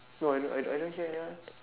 no I don't I don't hear ya